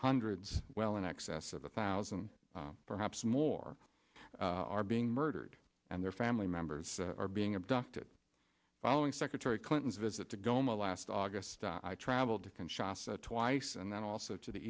hundreds well in excess of a thousand perhaps more are being murdered and their family members are being abducted following secretary clinton's visit to goma last august i traveled to can shot twice and then also to the